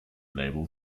label